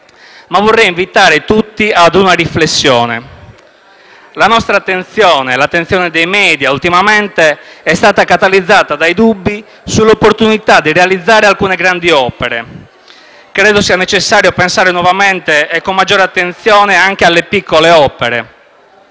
Ma vorrei anche invitare tutti ad una riflessione. La nostra attenzione, l'attenzione dei *media*, ultimamente è stata catalizzata dai dubbi sull'opportunità di realizzare alcune grandi opere. Credo sia necessario pensare nuovamente e con maggiore attenzione anche alle piccole opere,